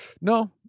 No